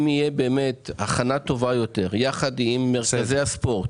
זה שאם תהיה הכנה טובה יותר יחד עם מרכזי הספורט